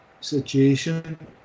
situation